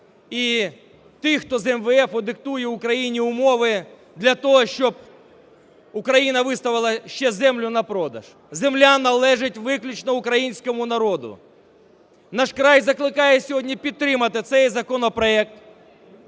і тих, хто з МВФу диктує Україні умови, для того, щоб Україна виставила ще землю на продаж. Земля належить виключно українському народу. "Наш край" закликає сьогодні підтримати цей законопроект